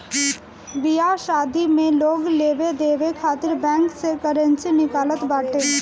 बियाह शादी में लोग लेवे देवे खातिर बैंक से करेंसी निकालत बाटे